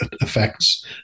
affects